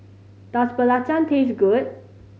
does belacan taste good